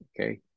Okay